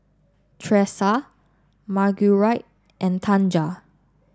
Tressa Marguerite and Tanja